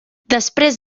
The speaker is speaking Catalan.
després